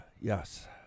Yes